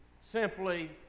simply